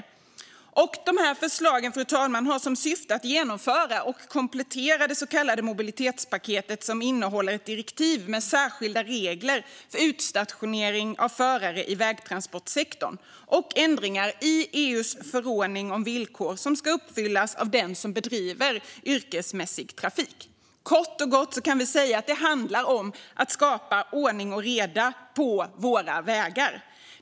Dessa förslag, fru talman, har som syfte att genomföra och komplettera det så kallade mobilitetspaketet, som innehåller ett direktiv med särskilda regler för utstationering av förare i vägtransportsektorn och ändringar i EU:s förordning om villkor som ska uppfyllas av den som bedriver yrkesmässig trafik. Kort och gott handlar det om att skapa ordning och reda på våra vägar.